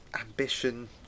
ambition